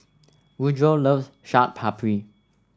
Woodroe loves Chaat Papri